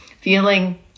feeling